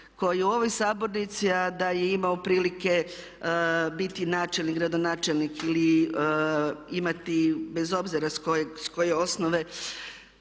koji u ovoj sabornici a da je imao prilike biti načelnik, gradonačelnik ili imati bez obzira s koje osnove